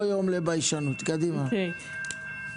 בבקשה.